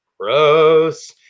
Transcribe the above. Gross